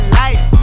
life